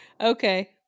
Okay